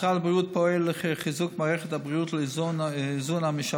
משרד הבריאות פועל לחיזוק מערכת הבריאות ולאיזון המשאבים.